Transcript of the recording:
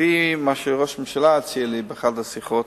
לפי מה שראש הממשלה הציע לי באחת השיחות,